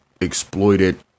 exploited